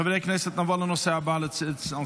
חברי הכנסת, נעבור לנושא הבא על סדר-היום,